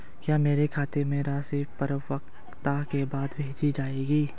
क्या मेरे खाते में राशि परिपक्वता के बाद भेजी जाएगी?